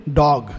dog